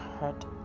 hurt